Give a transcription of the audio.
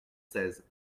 seize